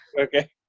Okay